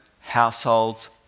households